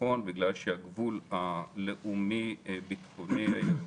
הגבול הלאומי ביטחוני.